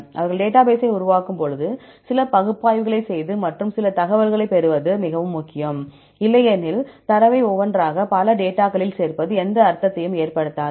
அவர்கள் டேட்டாபேசை உருவாக்கும்போது சில பகுப்பாய்வுகளைச் செய்வது மற்றும் சில தகவல்களைப் பெறுவது மிகவும் முக்கியம் இல்லையெனில் தரவை ஒவ்வொன்றாக பல டேட்டாகளில் சேர்ப்பது எந்த அர்த்தத்தையும் ஏற்படுத்தாது